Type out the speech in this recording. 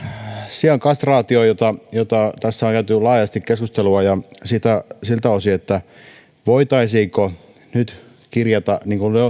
sian kastraatioon josta tässä on käyty laajasti keskustelua siltä osin voitaisiinko siitä kirjata